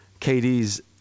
KD's